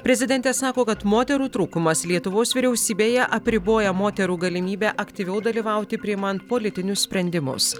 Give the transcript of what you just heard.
prezidentė sako kad moterų trūkumas lietuvos vyriausybėje apriboja moterų galimybę aktyviau dalyvauti priimant politinius sprendimus